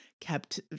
kept